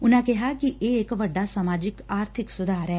ਉਨਾਂ ਕਿਹਾ ਕਿ ਇਹ ਇਕ ਵੱਡਾ ਸਮਾਜਿਕ ਆਰਬਿਕ ਸੁਧਾਰ ਏ